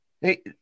Hey